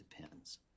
depends